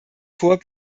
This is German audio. vor